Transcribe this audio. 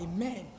Amen